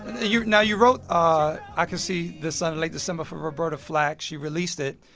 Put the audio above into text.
you now, you wrote ah i can see the sun in late december for roberta flack. she released it.